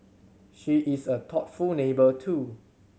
she is a thoughtful neighbour too